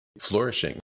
flourishing